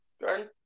Jordan